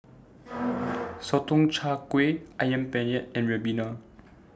Sotong Char Kway Ayam Penyet and Ribena